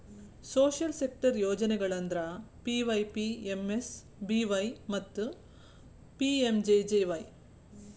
social sector ಯೋಜನೆಗಳಂದ್ರ PYPMSBY ಮತ್ತ PMJJY